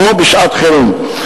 כמו בשעת-חירום.